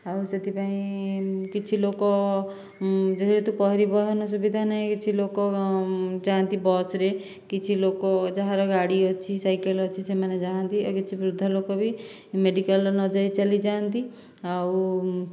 ଆଉ ସେଥିପାଇଁ କିଛି ଲୋକ ଯେହେତୁ ପରିବହନ ସୁବିଧା ନାହିଁ କିଛି ଲୋକ ଯାଆନ୍ତି ବସ୍ ରେ କିଛି ଲୋକ ଯାହାର ଗାଡ଼ି ଅଛି ସାଇକେଲ ଅଛି ସେମାନେ ଯାଆନ୍ତି ଆଉ କିଛି ବୃଦ୍ଧ ଲୋକ ବି ମେଡ଼ିକାଲ ନ ଯାଇ ଚାଲି ଯାଆନ୍ତି ଆଉ